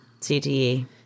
CTE